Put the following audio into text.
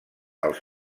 els